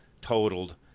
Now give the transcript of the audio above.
totaled